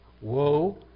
Woe